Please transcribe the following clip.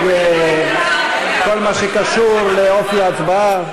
כל מה שקשור לאופי ההצבעה.